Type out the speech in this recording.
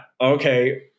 Okay